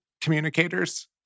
communicators